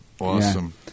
awesome